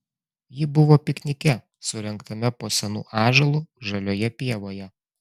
ji buvo piknike surengtame po senu ąžuolu žalioje pievoje